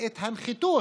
ואת הנחיתות.